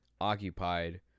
occupied